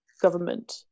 government